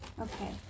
okay